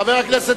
חבר הכנסת